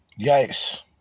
Yikes